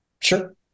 Sure